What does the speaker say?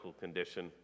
condition